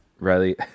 Riley